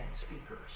speakers